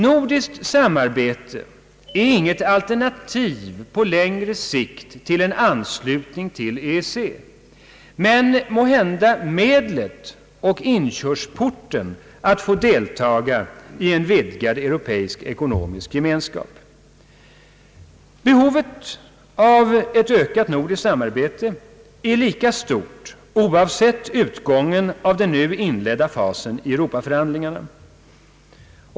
Nordiskt samarbete är på längre sikt inget alternativ till en anslutning till EEC men kan vara ett medel och en inkörsport att få deltaga i en vidgad europeisk-ekonomisk gemenskap. Behovet av ett ökat nordiskt samarbete är lika stort oavsett utgången av den nu inledda fasen i Europa-förhandlingarna.